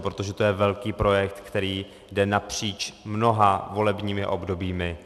Protože to je velký projekt, který jde napříč mnoha volebními obdobími.